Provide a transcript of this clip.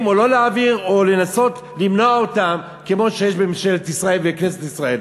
או לא להעביר או לנסות למנוע אותם כמו שיש בממשלת ישראל ובכנסת ישראל?